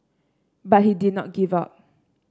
but he did not give up